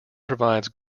provides